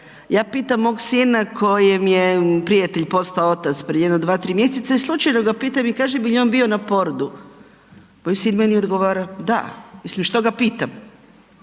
ja pitam mog sina kojem je prijatelj postao otac prije jedno 2-3 mjeseca i slučajno ga pitam i kažem jel on bio na porodu? Moj sin meni odgovara da, mislim što ga pitam,